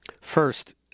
First